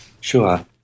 Sure